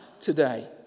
today